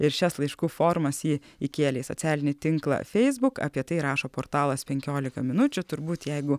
ir šias laiškų formas ji įkėlė į socialinį tinklą feisbuk apie tai rašo portalas penkiolika minučių turbūt jeigu